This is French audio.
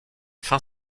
fin